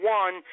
one